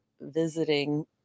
visiting